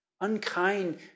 Unkind